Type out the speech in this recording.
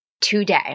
today